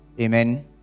Amen